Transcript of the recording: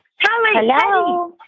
Hello